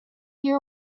you